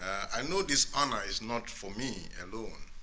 i know this honor is not for me alone,